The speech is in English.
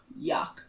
Yuck